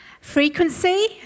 frequency